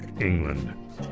England